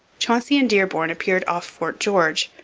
chauncey and dearborn appeared off fort george,